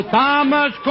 Thomas